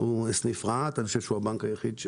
הוא הבנק היחיד שם.